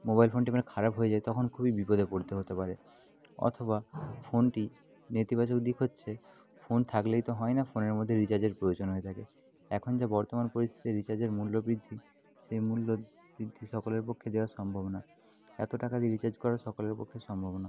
mobile ফোনটি মানে খারাপ হয়ে যায় তখন খুবই বিপদে পড়তে হতে পারে অথবা ফোনটি নেতিবাচক দিক হচ্ছে ফোন থাকলেই তো হয় না ফোনের মধ্যে রিচার্জের প্রয়োজন হয়ে থাকে এখন যা বর্তমান পরিস্থিতি রিচার্জের মূল্য বৃদ্ধি সেই মূল্য বৃদ্ধি সকলের পক্ষে দেওয়া সম্ভব না এতো টাকা দিয়ে রিচার্জ করা সকলের পক্ষে সম্ভব না